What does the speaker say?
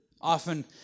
Often